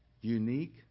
Unique